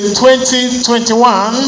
2021